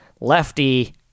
Lefty